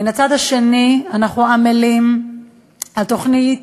מן הצד השני, אנחנו עמלים על תוכנית